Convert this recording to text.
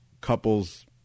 couples